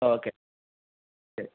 okay ശരി